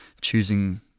choosing